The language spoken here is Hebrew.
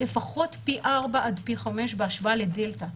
הוא לפחות פי ארבע עד פי חמש בהשוואה לדלתא.